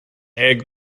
egg